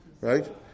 right